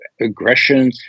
aggression